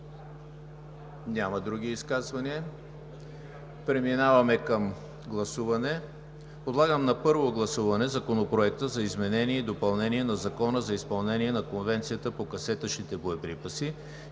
Няма. Други изказвания? Няма. Подлагам на първо гласуване Законопроект за изменение и допълнение на Закона за изпълнение на Конвенцията по касетъчните боеприпаси